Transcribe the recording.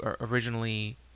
originally